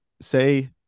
say